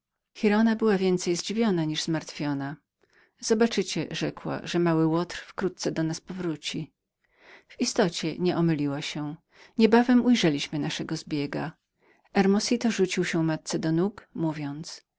giralda była więcej zdziwioną niż zmartwioną zobaczycie rzekła że mały łotr wkrótce do nas powróci w istocie nie omyliła się niebawem ujrzeliśmy naszego zbiega hermosito rzucił się matce do nóg mówiąc